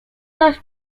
nasz